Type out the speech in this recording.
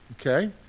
okay